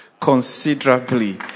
considerably